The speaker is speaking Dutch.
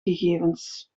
gegevens